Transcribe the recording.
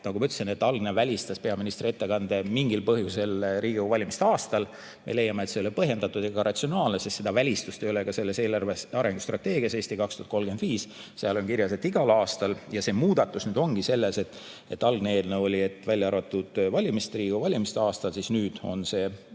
ma ütlesin, algne [tekst] välistas peaministri ettekande mingil põhjusel Riigikogu valimiste aastal. Me leiame, et see ei ole põhjendatud ega ratsionaalne, sest seda välistust ei ole ka selles arengustrateegias "Eesti 2035", seal on kirjas, et igal aastal. Muudatus nüüd ongi see, et kui algses eelnõus oli, et välja arvatud Riigikogu valimiste aastal, siis nüüd on see